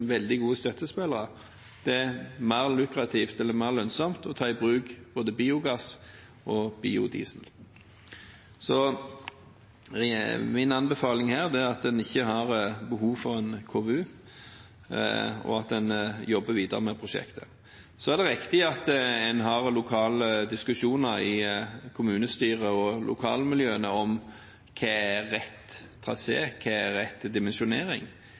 veldig gode støttespillere – det mer lønnsomt å ta i bruk både biogass og biodiesel. Min anbefaling er at en ikke har behov for en KVU, og at en jobber videre med prosjektet. Det er riktig at en har lokale diskusjoner i kommunestyrer og lokalmiljøene om hva som er rett trasé og rett dimensjonering.